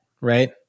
right